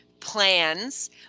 Plans